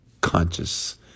conscious